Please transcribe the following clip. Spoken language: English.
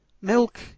milk